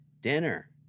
Dinner